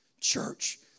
church